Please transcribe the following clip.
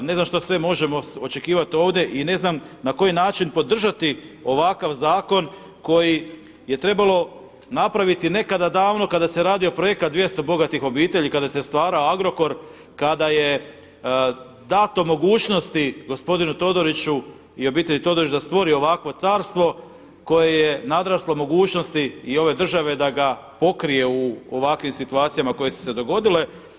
Ne znam šta sve možemo očekivati ovdje i ne znam na koji način podržati ovakav zakon koji je trebalo napraviti nekada davno kada se radio projekat 200 bogatih obitelji, kada se stvarao Agrokor, kada je dato mogućnosti gospodinu Todoriću i obitelji Todorić da stvori ovakvo carstvo koje je nadraslo mogućnosti i ove države da ga pokrije u ovakvim situacijama koje su se dogodile.